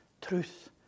truth